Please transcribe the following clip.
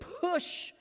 push